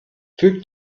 füg